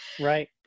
Right